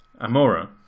Amora